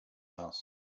house